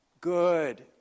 Good